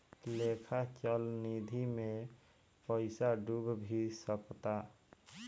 लेखा चल निधी मे पइसा डूब भी सकता